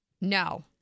No